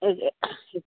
ఇది